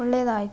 ಒಳ್ಳೆಯದಾಯಿತು